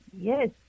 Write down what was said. Yes